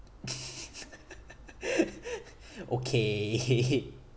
okay